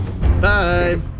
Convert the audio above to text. Bye